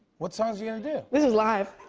what songs you gonna do? this is live.